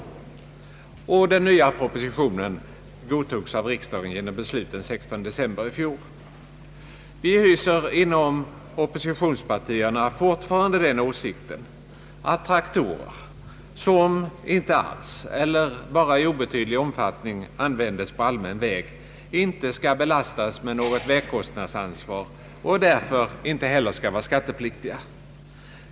Den nya propositionen godtogs också av riksdagen genom beslut den 16 december i fjol. Vi hyser inom oppositionspartierna fortfarande den åsikten att traktorer, som inte alls eller endast i obetydlig omfattning användes på allmän väg, inte skall belastas med något vägkostnadsansvar och därför inte heller skall vara skattepliktiga.